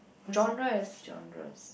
what's that genres